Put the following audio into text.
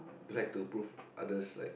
you like to prove others like